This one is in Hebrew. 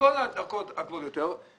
בכל הדרגות הגבוהות יותר,